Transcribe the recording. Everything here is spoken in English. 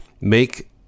make